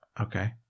Okay